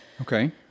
Okay